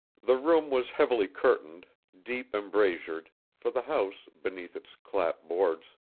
the room was heavy-curtained, deep embrasured, for the house, beneath its clap-boards,